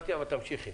תמשיכי.